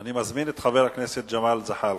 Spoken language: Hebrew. אני מזמין את חבר הכנסת ג'מאל זחאלקה,